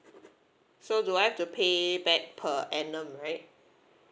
so do I've to pay back per annum right